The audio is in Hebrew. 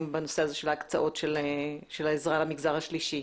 בנושא של ההקצאות של העזרה למגזר השלישי,